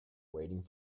waiting